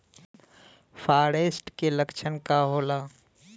फारेस्ट के लक्षण का होला?